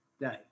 day